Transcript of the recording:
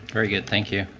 very good. thank you.